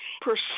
Percent